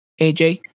AJ